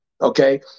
Okay